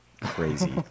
crazy